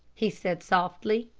he said softly.